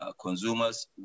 Consumers